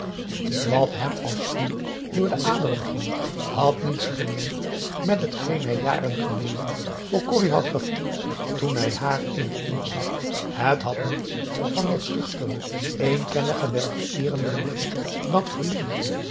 wat hem als vuur door de aderen ging had niets gemeen met t geen hij jaren geleden voor corrie had gevoeld toen hij haar in het eerst zag het had niets van dat schuchtere eenkennige der vereerende liefde dat verlegen